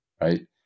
right